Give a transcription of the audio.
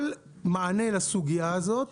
כל מענה לסוגיה הזאת